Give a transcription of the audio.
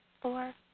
four